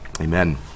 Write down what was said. Amen